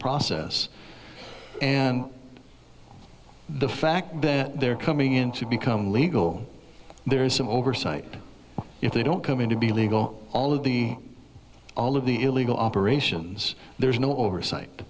process and the fact that they're coming in to become legal there is some oversight if they don't come in to be legal all of the all of the illegal operations there's no oversight